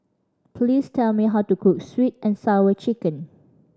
please tell me how to cook Sweet And Sour Chicken